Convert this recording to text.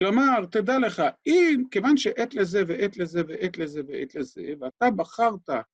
כלומר, תדע לך, אם, כיוון שעת לזה ועת לזה ועת לזה ועת לזה, ואתה בחרת...